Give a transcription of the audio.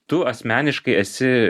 tu asmeniškai esi